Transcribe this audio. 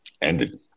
ended